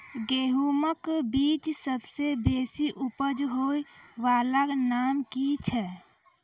गेहूँमक बीज सबसे बेसी उपज होय वालाक नाम की छियै?